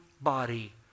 body